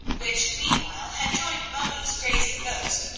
which meanwhile had joined moni's grazing goats,